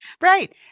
Right